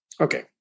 Okay